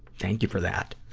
thank you for that.